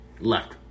left